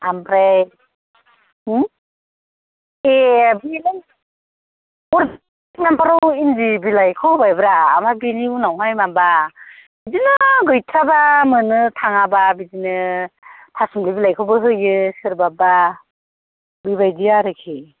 ओमफ्राय मा ए बेलाय इन्दि बिलाइखौ होबायब्रा ओमफ्राय बिनि उनावहाय माबा बिब्दिनो गैथाराबा मोननो थाङाबा बिदिनो थासुमलि बिलाइखौबो होयो सोरबाबा बेबायदि आरोखि